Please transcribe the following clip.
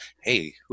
hey